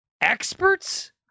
experts